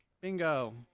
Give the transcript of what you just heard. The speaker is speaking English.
Bingo